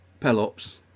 Pelops